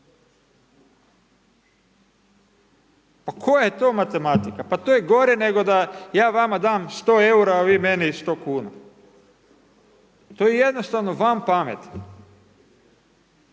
Pa koja je to matematika? Pa to je gore nego da ja vama dam 100 eura, a vi meni 100 kuna. To je jednostavno van pameti.